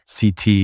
CT